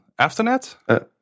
AFTERNET